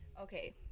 okay